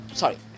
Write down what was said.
sorry